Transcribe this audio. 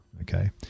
Okay